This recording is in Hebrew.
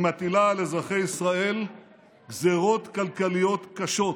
היא מטילה על אזרחי ישראל גזרות כלכליות קשות.